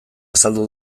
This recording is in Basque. azaldu